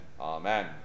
Amen